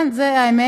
כן, זו האמת.